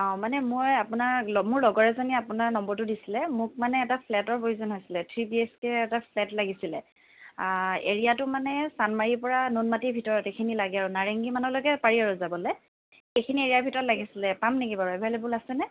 মানে মই আপোনাৰ মোৰ লগৰ এজনীয়ে আপোনাৰ নাম্বাৰটো দিছিলে মোক মানে এটা ফ্লেটৰ প্ৰয়োজন হৈছিলে থ্ৰী বি এইছ কেৰ এটা ফ্লেট লাগিছিলে এৰিয়াটো মানে চানমাৰীৰ পৰা নুনমাটিৰ ভিতৰতে সেইখিনিত লাগে আৰু নাৰেংগী মানলৈকে পাৰি আৰু যাবলৈ সেইখিনি এৰিয়াৰ ভিতৰত লাগিছিলে পাম নেকি বাৰু এভেইলেবল আছে নে